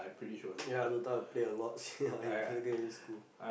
ya Dota play a lot yeah in secondary school